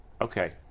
okay